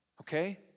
okay